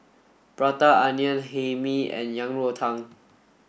Prata Onion Hae Mee and Yang Rou Tang